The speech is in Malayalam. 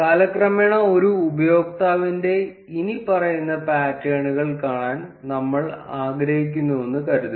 കാലക്രമേണ ഒരു ഉപയോക്താവിന്റെ ഇനിപ്പറയുന്ന പാറ്റേണുകൾ കാണാൻ നമ്മൾ ആഗ്രഹിക്കുന്നുവെന്ന് കരുതുക